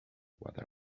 what